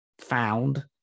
found